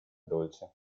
dolce